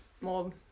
more